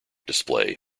display